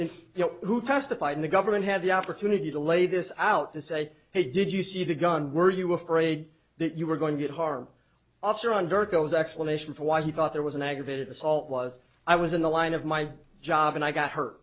if you know who testified in the government had the opportunity to lay this out to say hey did you see the gun were you afraid that you were going to get harm after undergoes explanation for why he thought there was an aggravated assault was i was in the line of my job and i got hurt